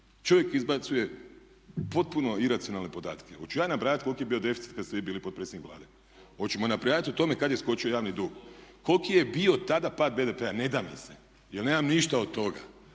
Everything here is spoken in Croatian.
Čovjek izbacuje potpuno iracionalne podatke. Oću ja nabrajati koliki je bio deficit kada ste vi bili potpredsjednik Vlade? Oćemo nabrajati o tome kad je skočio javni dug, koliki je bio tada pad BDP-a? Ne da mi se jer nemam ništa od toga